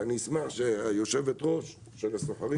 ואני אשמח שיושבת הראש של הסוחרים תדבר.